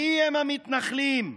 מיהם המתנחלים?